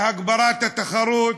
והגברת התחרות,